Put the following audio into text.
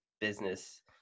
business